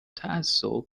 تعصب